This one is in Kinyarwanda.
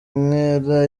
inkera